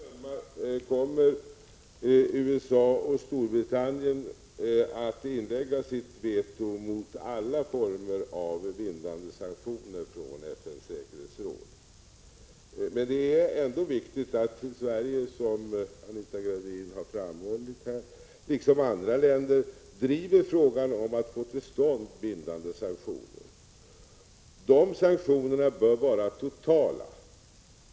Herr talman! Av allt att döma kommer USA och Storbritannien att inlägga sitt veto mot alla former av bindande sanktioner från FN:s säkerhetsråd. Men det är ändå viktigt att Sverige, som Anita Gradin har framhållit, liksom andra länder driver frågan om att få till stånd bindande sanktioner. Dessa 7” sanktioner bör vara totala.